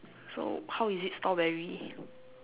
so how is it strawberry